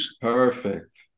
Perfect